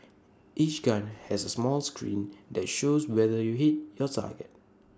each gun has A small screen that shows whether you hit your target